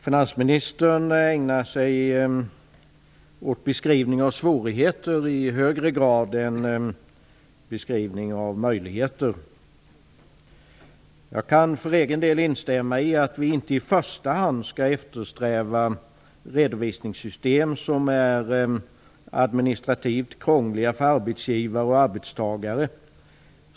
Finansministern ägnar sig i högre grad åt en beskrivning av svårigheter än åt en beskrivning av möjligheter. Jag kan för egen del instämma i att vi inte i första hand skall eftersträva redovisningssystem som är administrativt krångliga för arbetsgivare och arbetstagare.